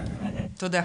תודה.